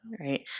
right